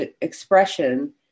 expression